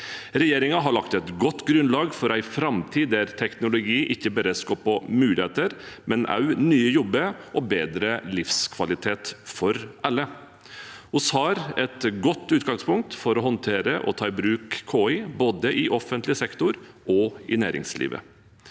Regjeringen har lagt et godt grunnlag for en framtid der teknologi ikke bare skaper muligheter, men også nye jobber og bedre livskvalitet for alle. Vi har et godt utgangspunkt for å håndtere og ta i bruk KI både i offentlig sektor og i næringslivet.